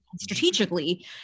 strategically